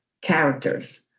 characters